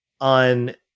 On